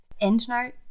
EndNote